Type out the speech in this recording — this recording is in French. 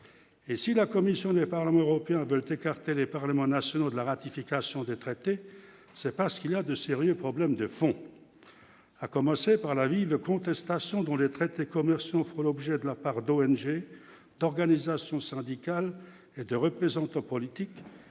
et si la commission des parlements européens veulent écarter les parlements nationaux de la ratification des traités, c'est parce qu'il y a de sérieux problèmes de fond, à commencer par la ville de contestation dans les traités commerciaux font l'objet de la part d'ONG, d'organisations syndicales et de représentants politiques